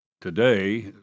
Today